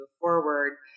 forward